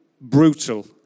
brutal